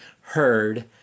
heard